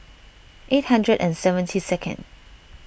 eight hundred and seventy second